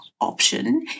option